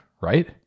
right